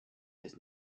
his